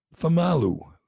Famalu